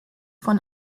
von